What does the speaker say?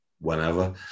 whenever